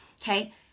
okay